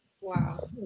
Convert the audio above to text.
Wow